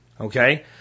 Okay